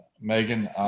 Megan